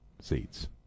seats